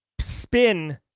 spin